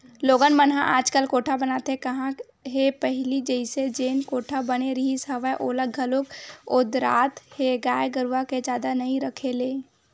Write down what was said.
लोगन मन ह आजकल कोठा बनाते काँहा हे पहिली जइसे जेन कोठा बने रिहिस हवय ओला घलोक ओदरात हे गाय गरुवा के जादा नइ रखे ले